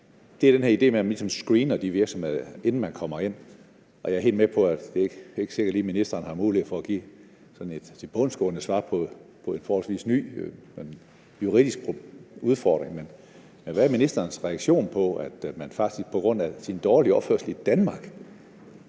Det er den her idé med, at man ligesom screener de her virksomheder, inden de kommer ind. Jeg er helt med på, at det ikke er sikkert, at ministeren sådan lige har mulighed for at give et tilbundsgående svar på en forholdsvis ny juridisk udfordring, men hvad er ministerens reaktion på, at man faktisk på grund af sin dårlige opførsel i Danmark